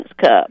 Cup